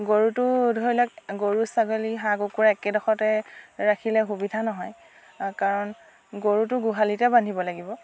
গৰুটো ধৰি লওক গৰু ছাগলী হাঁহ কুকুৰা একেডোখৰতে ৰাখিলে সুবিধা নহয় কাৰণ গৰুটো গোহালিতে বান্ধিব লাগিব